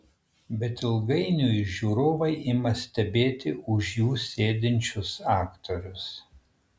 bet ilgainiui žiūrovai ima stebėti už jų sėdinčius aktorius